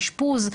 אשפוז,